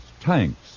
tanks